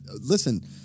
listen